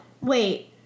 wait